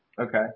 Okay